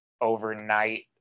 overnight